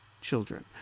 children